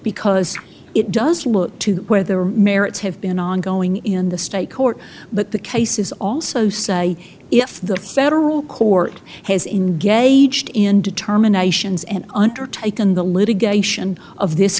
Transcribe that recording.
because it does look to where the merits have been ongoing in the state court but the cases also say if the federal court has engaged in determinations and undertaken the litigation of this